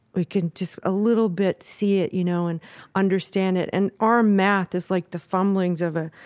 we can just a little bit see it, you know, and understand it. and our math is like the fumblings of a,